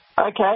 Okay